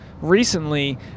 recently